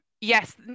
Yes